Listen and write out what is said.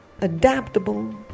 adaptable